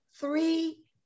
three